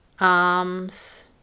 arms